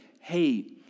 hey